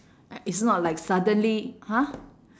uh it's not suddenly !huh!